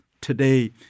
today